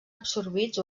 absorbits